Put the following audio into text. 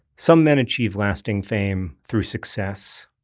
some men achieve lasting fame through success,